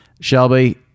Shelby